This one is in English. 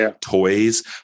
toys